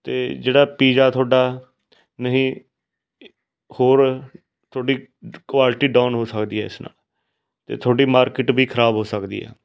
ਅਤੇ ਜਿਹੜਾ ਪੀਜ਼ਾ ਤੁਹਾਡਾ ਨਹੀਂ ਹੋਰ ਤੁਹਾਡੀ ਕੁਆਲਿਟੀ ਡਾਊਨ ਹੋ ਸਕਦੀ ਹੈ ਇਸ ਨਾਲ ਅਤੇ ਤੁਹਾਡੀ ਮਾਰਕੀਟ ਵੀ ਖਰਾਬ ਹੋ ਸਕਦੀ ਹੈ